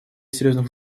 серьезных